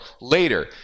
later